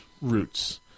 roots